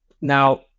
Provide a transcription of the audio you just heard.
Now